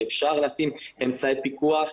אפשר לשים אמצעי פיקוח,